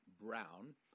Brown